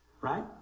right